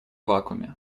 вакууме